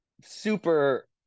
super